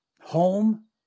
Home